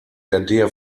der